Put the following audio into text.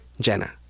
Jenna